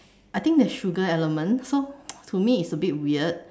I think there's sugar element so to me it's a bit weird